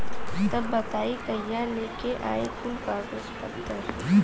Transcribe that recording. तब बताई कहिया लेके आई कुल कागज पतर?